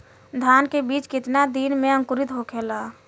धान के बिज कितना दिन में अंकुरित होखेला?